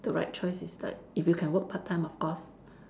the right choice is like if you can work part time of course